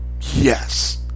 Yes